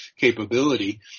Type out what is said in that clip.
capability